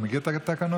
אתה מכיר את התקנון?